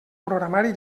programari